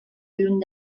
lluny